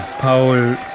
Paul